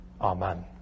Amen